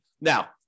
Now